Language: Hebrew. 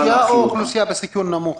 2% מכלל האוכלוסייה או מאוכלוסייה בסיכון נמוך?